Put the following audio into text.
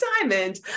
diamond